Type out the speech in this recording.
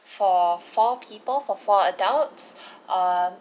for four people for four adults um